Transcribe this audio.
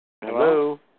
hello